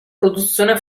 produzione